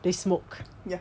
ya